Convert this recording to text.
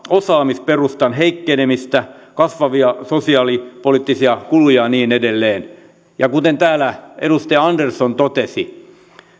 osaamisperustan heikkenemistä kasvavia sosiaalipoliittisia kuluja ja niin edelleen kuten täällä edustaja andersson totesi